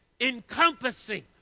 encompassing